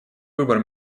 выбор